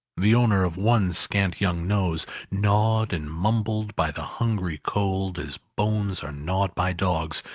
the owner of one scant young nose, gnawed and mumbled by the hungry cold as bones are gnawed by dogs,